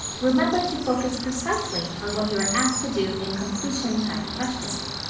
remember to focus precisely on what you are asked to do in completion type questions.